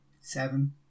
seven